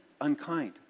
unkind